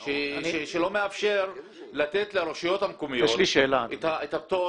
שלא מאפשרת לתת לרשויות המקומיות את הפטור,